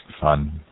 Fun